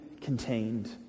contained